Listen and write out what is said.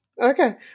okay